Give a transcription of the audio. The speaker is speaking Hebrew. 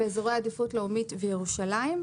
באזורי עדיפות לאומית וירושלים.